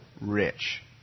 rich